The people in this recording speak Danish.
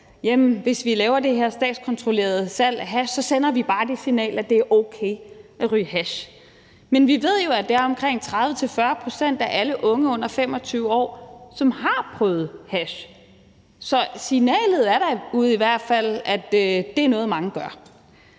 hvis vi laver det her statskontrollerede salg af hash, sender vi bare det signal, at det er okay at ryge hash. Men vi ved jo, at det er omkring 30-40 pct. af alle unge under 25 år, som har prøvet hash. Så signalet er i hvert fald derude, at det er noget, som mange gør.